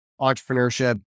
entrepreneurship